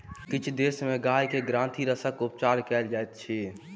किछ देश में गाय के ग्रंथिरसक उपचार कयल जाइत अछि